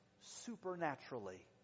supernaturally